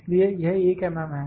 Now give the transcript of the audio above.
इसलिए यह 1 mm है